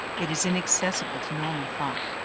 it is inaccessible to normal thought,